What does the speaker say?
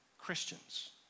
Christians